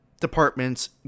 departments